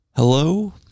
hello